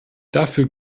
dafür